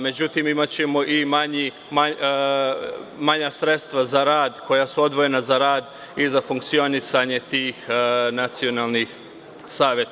Međutim, imaćemo i manja sredstava za rad koja su odvojena za rad i za funkcionisanje tih nacionalnih saveta.